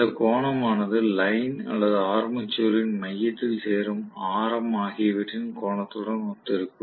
அந்த கோணம் ஆனது லைன் அல்லது ஆர்மேச்சரின் மையத்தில் சேரும் ஆரம் ஆகியவற்றின் கோணத்துடன் ஒத்திருக்கும்